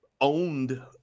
owned